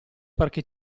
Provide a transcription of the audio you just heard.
perché